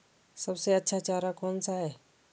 सबसे अच्छा चारा कौन सा है?